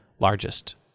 largest